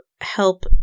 help